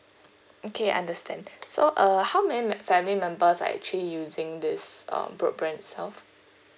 okay understand so err how many man family members are actually using this um broadband itself